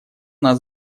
нас